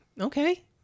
okay